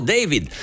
David